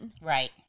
right